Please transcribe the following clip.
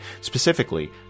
specifically